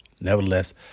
Nevertheless